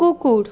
কুকুর